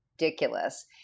ridiculous